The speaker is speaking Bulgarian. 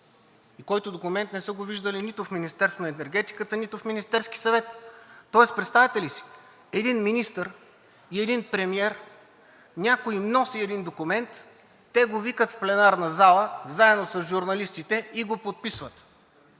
и който документ не са го виждали нито в Министерството на енергетиката, нито в Министерския съвет? Тоест представяте ли си един министър и един премиер, някой им носи един документ, те го викат в пленарната зала заедно с журналистите и го подписват